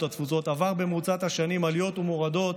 התפוצות עברו במרוצת השנים עליות ומורדות